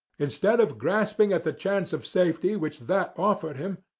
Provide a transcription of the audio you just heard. instead of grasping at the chance of safety which that offered him,